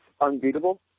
unbeatable